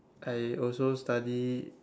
I also study